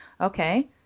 Okay